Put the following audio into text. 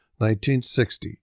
1960